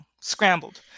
scrambled